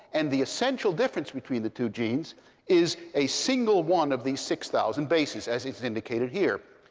and the essential difference between the two genes is a single one of these six thousand bases, as is indicated here.